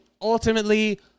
ultimately